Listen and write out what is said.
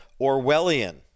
Orwellian